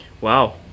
Wow